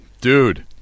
Dude